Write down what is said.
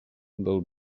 del